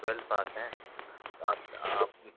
twelfth pass है तो आप तो आप